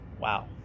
Wow